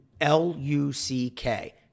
L-U-C-K